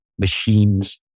machines